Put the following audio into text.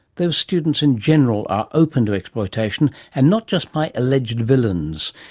those students in general are open to exploitation and not just by alleged villains,